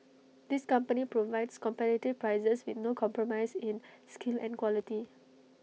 this company provides competitive prices with no compromise in skill and quality